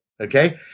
Okay